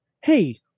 hey